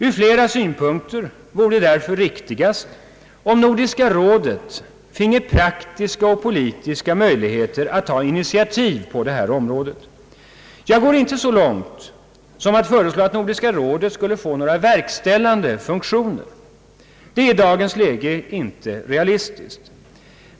Ur flera synpunkter vore det därför riktigast om Nordiska rådet finge praktiska och politiska möjligheter att ta initiativ på detta område. Jag går inte så långt som att föreslå att Nordiska rådet skall få verkställande funktioner. Detta är i da gens läge inte realistiskt.